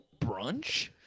brunch